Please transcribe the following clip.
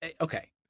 okay